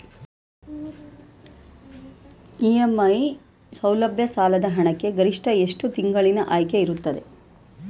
EMI ಸೌಲಭ್ಯ ಸಾಲದ ಹಣಕ್ಕೆ ಗರಿಷ್ಠ ಎಷ್ಟು ತಿಂಗಳಿನ ಆಯ್ಕೆ ಇರುತ್ತದೆ?